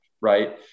right